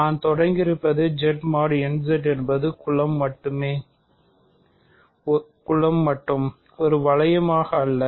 நான் தொடங்கியிருப்பது Z mod n Z என்பது குலம் மட்டும் ஒரு வளையமாக அல்ல